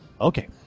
Okay